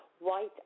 white